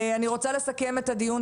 אני רוצה לסכם את הדיון.